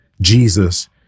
Jesus